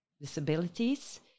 disabilities